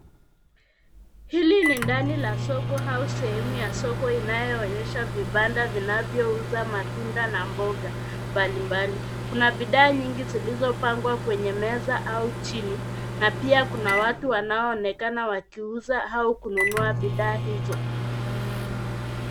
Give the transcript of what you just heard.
Hili ni ndani la soko au sehemu ya soko inayo onyesha vibanda vinavyo uza matunda na mboga mbalimbali. Kuna bidhaa nyingi zilizo pzngwa kwenye meza au chini na pia kuna watu wanao onekana wakiuza au kununua bidhaa hizo .